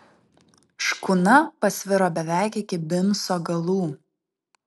škuna pasviro beveik iki bimso galų